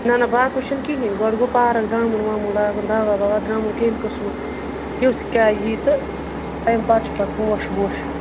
نہ نہ باقٕے چھُنہٕ کِہیٖنۍ گۄڈٕ گوٚو پارَک درٛمُن وامُن لاگُن دَوہ وَوہ درٛمُن کمہِ قٕسمُک کیُتھ کیٛاہ یی تہٕ تَمہِ پَتہٕ چھِ پَتہٕ پوش ووش